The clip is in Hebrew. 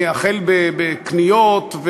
החל בקניות,